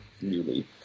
newly